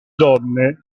donne